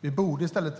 Vi borde i stället